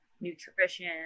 nutrition